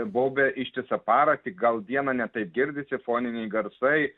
baubia ištisą parą tik gal dieną ne taip girdisi foniniai garsai